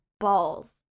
balls